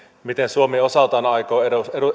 miten suomi osaltaan aikoo